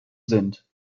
sind